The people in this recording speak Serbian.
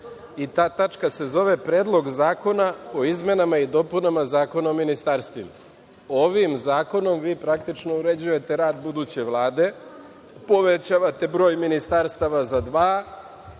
i ta tačka se zove – Predlog zakona o izmenama i dopunama Zakona o ministarstvima. Ovim zakonom vi praktično uređujete rad buduće Vlade, povećavate broj ministarstava za